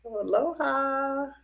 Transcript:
Aloha